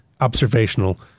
observational